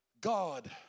God